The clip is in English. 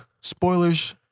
spoilers